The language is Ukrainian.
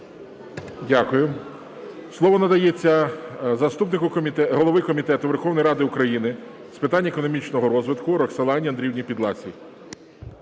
Дякую. Слово надається заступнику голови Комітету Верховної Ради України з питань економічного розвитку Роксолані Андріївні Підласій.